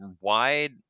wide